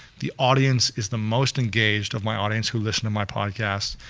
the audience is the most engaged of my audience who listen to my podcast,